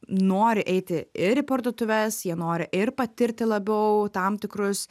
nori eiti ir į parduotuves jie nori ir patirti labiau tam tikrus